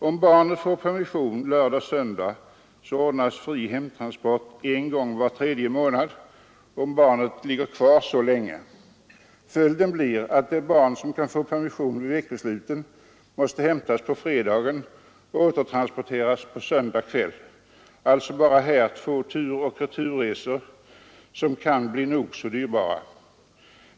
Om barnet får permission över lördag och söndag, ordnas fri hemtransport en gång var tredje månad, ifall barnet ligger kvar så länge. Följden blir att det barn som kan få permission vid veckosluten måste hämtas på fredagen och återtransporteras på söndag kväll — bara detta är alltså två turoch returresor som kan bli nog så dyrbara.